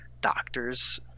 doctors